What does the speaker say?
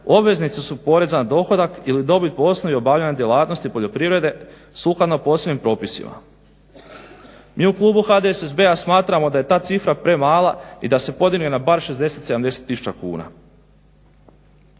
obveznici su poreza na dohodak ili dobit po osnovi obavljanja djelatnosti poljoprivrede sukladno posebnim propisima. Mi u klubu HDSSB-a smatramo da je ta cifra premala i da se podjeli na bar 60, 70 tisuća kuna.